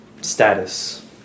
status